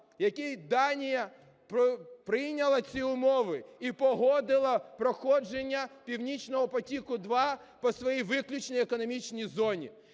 який Данія прийняла ці умови і погодила проходження "Північного потоку - 2" по своїй виключно економічній зоні.